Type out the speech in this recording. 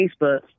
Facebook